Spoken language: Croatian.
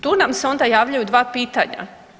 Tu nam se onda javljaju dva pitanja.